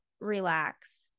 relax